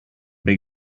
big